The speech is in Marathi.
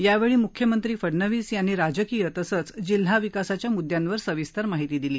यावेळी मुख्यमंत्री फडनवीस यांनी राजकीय तसेच जिल्हा विकासाच्या मुद्यांवर सविस्तर माहिती दिली